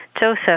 Joseph